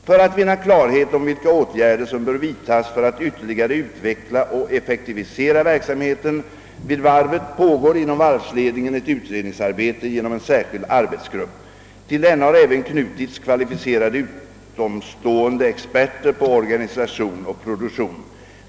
För att vinna klarhet om vilka åtgärger som bör vidtagas för att ytterligare utveckla och effektivisera verksamheten vid Karlskronavarvet pågår inom varvsledningen ett utredningsarbete genom en särskild arbetsgrupp. Till denna har även knutits kvalificerade utomstående experter på organisation och produktion.